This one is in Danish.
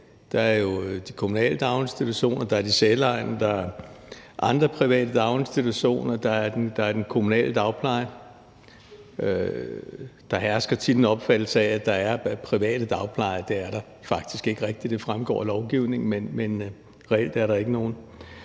Der er jo de kommunale daginstitutioner, der er de selvejende, der er andre private daginstitutioner, og der er den kommunale dagpleje. Der hersker tit en opfattelse af, at der er private dagplejere. Det er faktisk ikke rigtigt. Det fremgår af lovgivningen, men reelt er der ikke nogen.